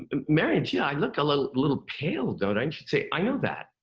and marion, gee, i look a little little pale, don't i? and she'd say, i know that.